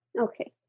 okay